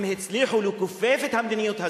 הם הצליחו לכופף את המדיניות הזאת,